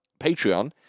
Patreon